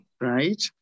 Right